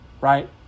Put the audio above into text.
Right